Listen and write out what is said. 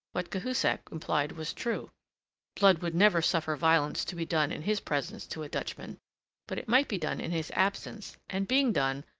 what cahusac implied was true blood would never suffer violence to be done in his presence to a dutchman but it might be done in his absence and, being done,